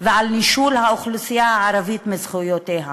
ועל נישול האוכלוסייה הערבית מזכויותיה,